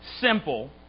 simple